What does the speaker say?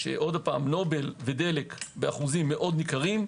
שוב, נובל ודלק באחוזים מאוד ניכרים.